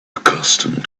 accustomed